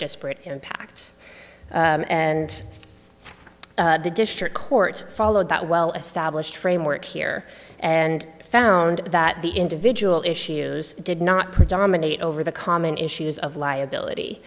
disparate impact and the district court followed that well established framework here and found that the individual issues did not predominate over the common issues of liability